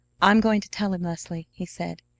i'm going to tell him, leslie, he said.